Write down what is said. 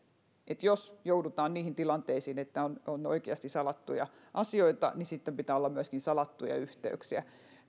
eli jos joudutaan niihin tilanteisiin että on on oikeasti salattuja asioita niin sitten pitää olla myöskin salattuja yhteyksiä